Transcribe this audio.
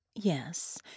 yes